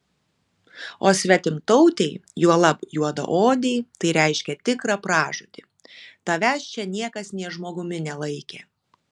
o svetimtautei juolab juodaodei tai reiškė tikrą pražūtį tavęs čia niekas nė žmogumi nelaikė